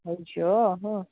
अयो